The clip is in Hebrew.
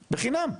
בחינם.